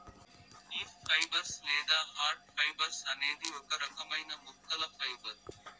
leaf fibres లేదా hard fibres అనేది ఒక రకమైన మొక్కల ఫైబర్